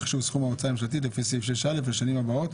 אישור סכום ההוצאה הממשלתית לפי סעיף (6)(א) לשנים הבאות.